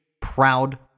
proud